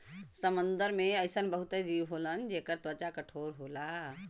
समुंदर में अइसन बहुते जीव होलन जेकर त्वचा कठोर होला